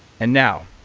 and now,